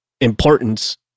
importance